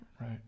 right